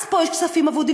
אז פה יש כספים אבודים,